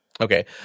Okay